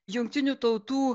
jungtinių tautų